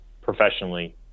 professionally